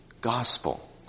gospel